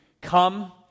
come